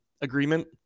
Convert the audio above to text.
agreement